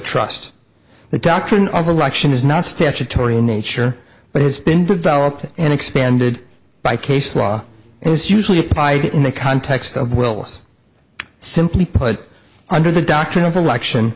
trust the doctrine of election is not statutory in nature but has been developed and expanded by case law and this usually by in the context of will simply put under the doctrine of election